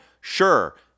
sure